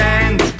end